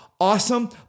awesome